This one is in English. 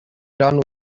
done